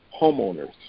homeowners